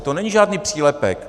To není žádný přílepek.